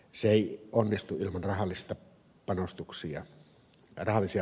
se ei onnistu ilman rahallisia painotuksia